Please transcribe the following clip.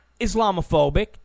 Islamophobic